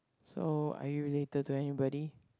so are you related to anybody